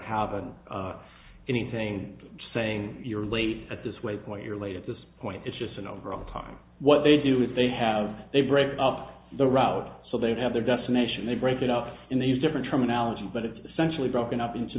have an anything saying you're late at this waypoint you're late at this point it's just an overall part of what they do if they have a break up the route so they have their destination they break it up in these different terminology but it's essentially broken up into